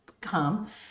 come